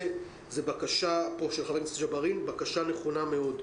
זו בקשה נכונה מאוד.